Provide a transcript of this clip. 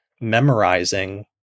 memorizing